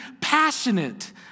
passionate